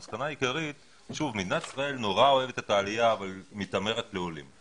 היא שמדינת ישראל מאוד אוהבת את העלייה אבל מתעמרת בעולים.